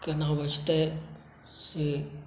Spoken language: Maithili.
केना बचतै से